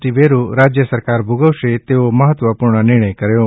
T વેરો રાજ્ય સરકાર ભોગવશે તેવો મહત્વપૂર્ણ નિર્ણય કર્યો છે